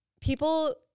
people